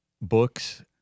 books